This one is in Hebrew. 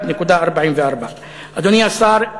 אדוני השר,